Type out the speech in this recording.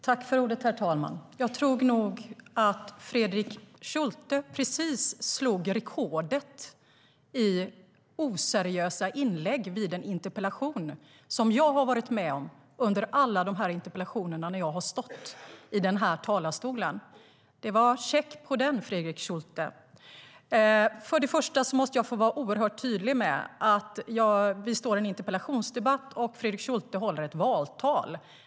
Herr talman! Jag tror nog att Fredrik Schulte precis slog rekordet i oseriösa inlägg vid en interpellationsdebatt som jag har varit med om under alla de interpellationsdebatter som jag varit med om när jag har stått i den här talarstolen. Det var check på den, Fredrik Schulte. Först och främst måste jag få vara oerhört tydlig med att vi står i en interpellationsdebatt och att Fredrik Schulte håller ett valtal.